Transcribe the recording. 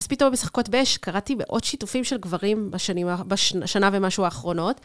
אז פתאום משחקות באש קראתי בעוד שיתופים של גברים בשנה ומשהו האחרונות.